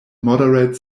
moderate